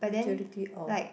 majority all